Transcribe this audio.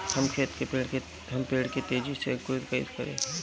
हम पेड़ के तेजी से अंकुरित कईसे करि?